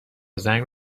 زنگ